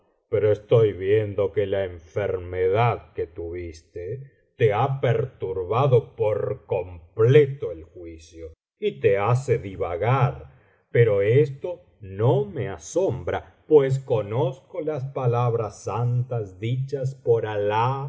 pero estoy viendo que la enfermedad que tuviste te ha perturbado por completo el juicio y te hace divagar pero esto no me asombra pues conozco las palabras santas dichas por alah